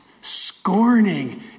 scorning